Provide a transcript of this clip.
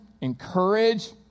encourage